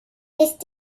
ist